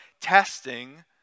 testing